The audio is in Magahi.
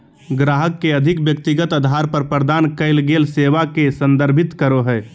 ग्राहक के अधिक व्यक्तिगत अधार पर प्रदान कइल गेल सेवा के संदर्भित करो हइ